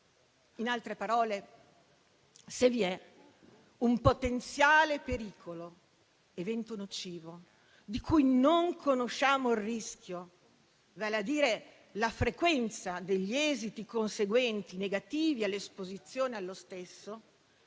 In altre parole, se vi è un potenziale pericolo o evento nocivo di cui non conosciamo il rischio, vale a dire la frequenza degli esiti conseguenti negativi all'esposizione allo stesso,